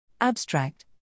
Abstract